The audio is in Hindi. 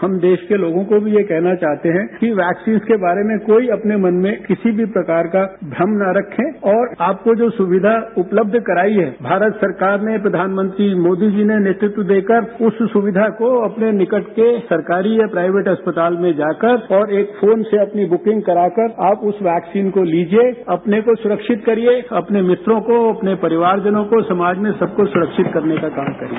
हम देश के लोगों को भी ये कहना चाहते हैं कि वैक्सीन्स के बारेमें कोई अपने मन में किसी प्रकार का भ्रम न रखें और आपको जो सुविधा उपलब्ध कराई है भारत सरकार ने प्रधानमंत्री मोदी जीने नेतृत्व देकर उस सुविधा को अपने निकट के सरकारी या प्राइवेट अस्पताल मेंजाकर और एक फोन से अपनी बुकिंग कराकर आप उस वैक्सीन को लीजिए अपने को सुरक्षित करिए अपने मित्रों को अपने परिवारजनों को समाज में सबको सुरक्षितकरने का काम करिए